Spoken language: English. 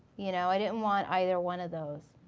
you know i didn't want either one of those.